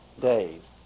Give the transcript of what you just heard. days